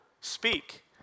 speak